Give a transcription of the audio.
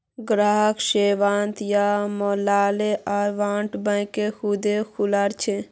ग्राहक सेविंग या small account बैंकत खुदे खुलवा छे